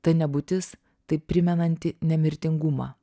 ta nebūtis taip primenanti nemirtingumą